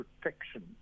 protection